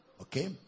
Okay